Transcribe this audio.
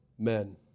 men